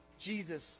Jesus